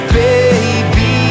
baby